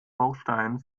baustein